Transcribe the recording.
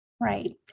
Right